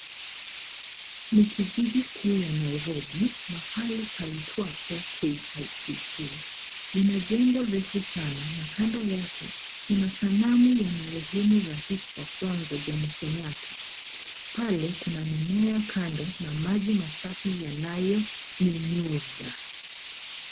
Ni kijiji kuu cha Nairobi mahali paitwapo KICC. Ina jengo refu sana na kando yake kuna sanamu ya rais wa kwanza Jomo Kenyatta. Pale kuna mimea kando na maji masafi yanayonyunyiza.